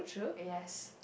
yes